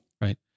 Right